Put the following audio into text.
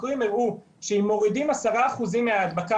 חוקרים הראו שאם מורידים 10% מההדבקה,